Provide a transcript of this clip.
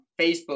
Facebook